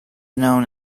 known